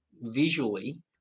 visually